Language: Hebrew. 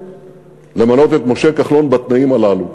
למנות את משה כחלון בתנאים הללו.